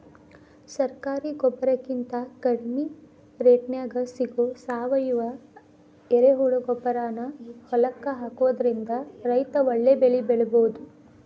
ಸರಕಾರಿ ಗೊಬ್ಬರಕಿಂತ ಕಡಿಮಿ ರೇಟ್ನ್ಯಾಗ್ ಸಿಗೋ ಸಾವಯುವ ಎರೆಹುಳಗೊಬ್ಬರಾನ ಹೊಲಕ್ಕ ಹಾಕೋದ್ರಿಂದ ರೈತ ಒಳ್ಳೆ ಬೆಳಿ ಬೆಳಿಬೊದು